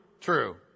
True